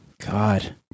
God